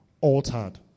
altered